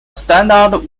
standard